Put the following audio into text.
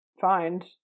find